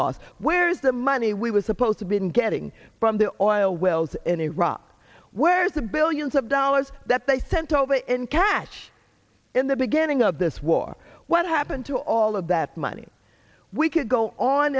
lost where's the money we were supposed to been getting from the all wells in iraq where's the billions of dollars that they sent over in cash in the beginning of this war what happened to all of that money we could go on